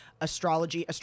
astrology